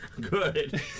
Good